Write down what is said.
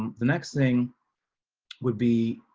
the next thing would be